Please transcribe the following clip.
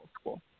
school